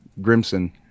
Grimson